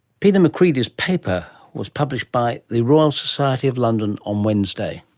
peter macreadie's paper was published by the royal society of london on wednesday.